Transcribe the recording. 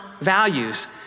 values